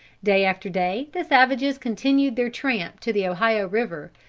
day after day the savages continued their tramp to the ohio river,